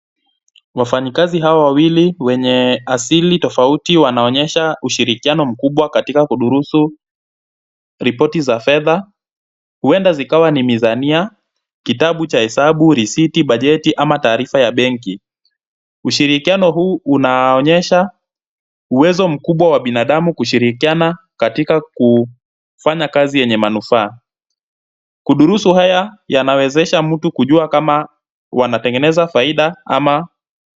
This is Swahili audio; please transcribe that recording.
Wafanyakazi hawa wawili wenye asili tofauti wanaonyesha ushirikiano mkubwa katika kudurusu ripoti za fedha. Huenda zikawa ni mizania, kitabu cha hesabu, risiti, bajeti, ama taarifa ya benki. Ushirikiano huu unaonyesha uwezo mkubwa wa binadamu kushirikiana katika kufanya kazi yenye manufaa. Kudurusu haya, yanawezesha mtu kujua kama wanatengeneza faida ama.